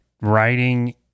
writing